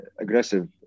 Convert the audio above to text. aggressive